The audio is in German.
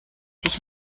sich